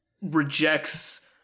rejects